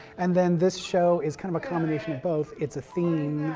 and then this show is kind of a combination both it's a theme,